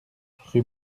rue